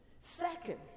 Second